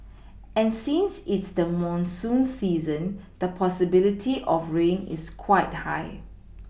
and since it's the monsoon season the possibility of rain is quite high